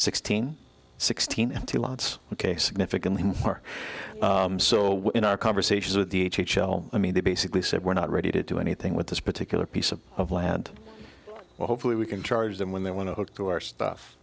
sixteen sixteen empty lots ok significantly more so in our conversations with the h l i mean they basically said we're not ready to do anything with this particular piece of land hopefully we can charge them when they want to go to our stuff